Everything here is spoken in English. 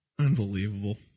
Unbelievable